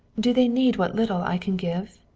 do they need what little i can give?